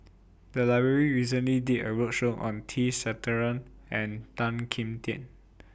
The Library recently did A roadshow on T Sasitharan and Tan Kim Tian